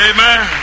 Amen